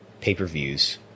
pay-per-views